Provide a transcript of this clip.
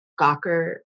Gawker